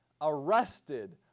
arrested